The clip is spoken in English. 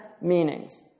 meanings